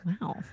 Wow